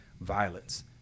violence